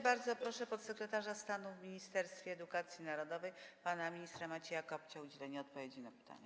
Bardzo proszę podsekretarza stanu w Ministerstwie Edukacji Narodowej pana ministra Macieja Kopcia o udzielenie odpowiedzi na pytania.